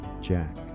Jack